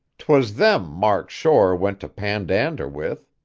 twas them mark shore went to pandander with.